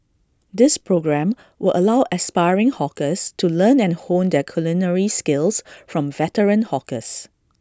this programme will allow aspiring hawkers to learn and hone their culinary skills from veteran hawkers